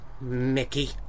Mickey